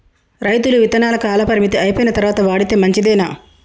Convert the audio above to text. రైతులు విత్తనాల కాలపరిమితి అయిపోయిన తరువాత వాడితే మంచిదేనా?